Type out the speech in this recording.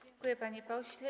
Dziękuję, panie pośle.